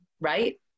right